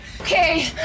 Okay